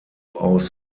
aus